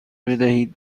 بدهید